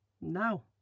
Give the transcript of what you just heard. now